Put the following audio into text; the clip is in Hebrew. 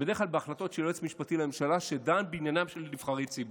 זה בדרך כלל בהחלטות של יועץ משפטי לממשלה שדן בעניינם של נבחרי ציבור.